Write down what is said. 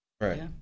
right